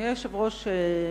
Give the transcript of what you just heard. אדוני היושב-ראש,